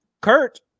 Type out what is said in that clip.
Kurt